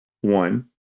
One